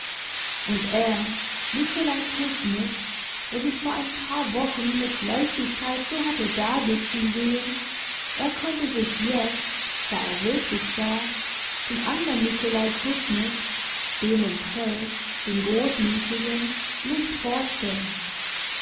und er nikolaj kusmitsch der sich vor ein paar wochen mit leichtigkeit so hatte dasitzen sehen er konnte sich jetzt da er wirklich saß den andern nikolaj kusmitsch den im pelz den großmütigen nicht vorstellen